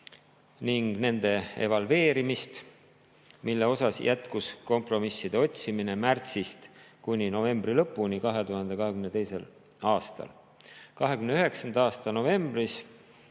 ning nende evalveerimist, mille osas jätkus kompromisside otsimine märtsist kuni novembri lõpuni 2022. aastal. 29. novembril